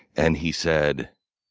and he said,